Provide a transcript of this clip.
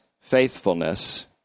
faithfulness